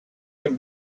can